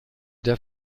der